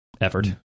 effort